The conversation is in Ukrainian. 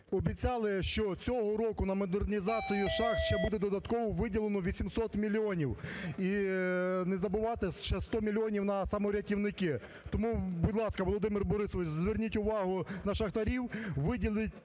обіцяли, що цього року на модернізацію шахт ще буде додатково виділено 800 мільйонів і, не забувати, ще 100 мільйонів на саморятівники. Тому, будь ласка, Володимир Борисович, зверніть увагу на шахтарів, виділіть